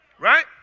Right